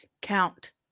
Count